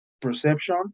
perception